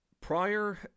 prior